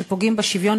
שפוגעים בשוויון,